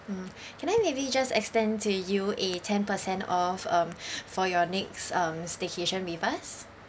mm can I maybe just extend to you a ten percent off um for your next um staycation with us